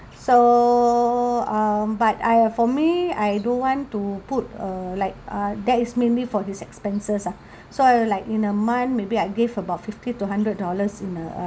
so um but I for me I don't want to put uh like uh that is mainly for his expenses ah so I will like in a month maybe I give about fifty to hundred dollars in uh